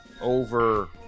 over